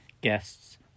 Guests